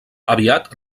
aviat